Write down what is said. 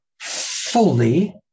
fully